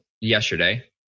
yesterday